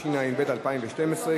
התשע"ב 2012,